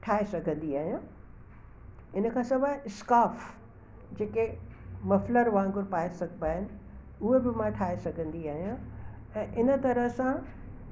ठाहे सघंदी आहियां हिन खां सवाइ स्काफ जे के मफ़लर वागुंरु पाए सघिबा आहिनि उहे बि मां ठाहे सघंदी आहियां ऐं हिन तरह सां